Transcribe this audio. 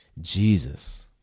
Jesus